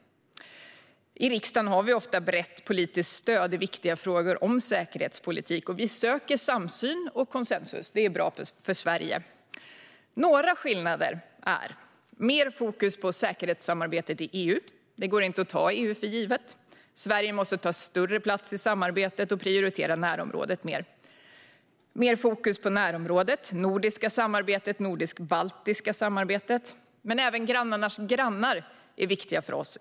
I riksdagen har vi ofta brett politiskt stöd i viktiga frågor om säkerhetspolitik. Vi söker samsyn och konsensus. Det är bra för Sverige. Några skillnader är: Mer fokus på säkerhetssamarbetet i EU. Det går inte att ta EU för givet. Sverige måste ta större plats i samarbetet och prioritera närområdet mer. Mer fokus på närområdet, det nordiska samarbetet och det nordisk-baltiska samarbetet. Även grannarnas grannar är viktiga för oss.